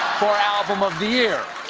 for album of the year.